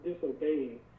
disobeying